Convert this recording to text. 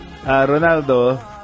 Ronaldo